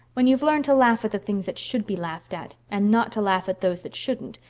when you've learned to laugh at the things that should be laughed at, and not to laugh at those that shouldn't,